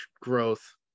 growth